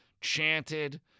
chanted